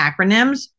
acronyms